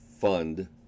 Fund